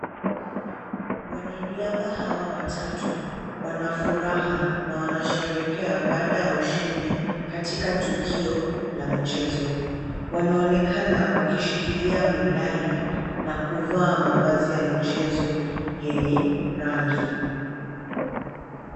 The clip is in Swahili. Wanariadha hawa watatu wana furaha na wanasherehekea baada ya ushindi katika tukio la michezo. Wanaonekana wakishikilia medali na kuvaa mavazi ya michezo yenye rangi.